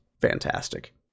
fantastic